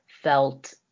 felt